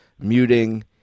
muting